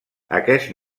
aquest